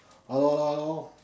hello hello hello